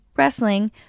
wrestling